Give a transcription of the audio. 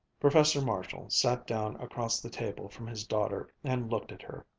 professor marshall sat down across the table from his daughter and looked at her.